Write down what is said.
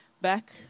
back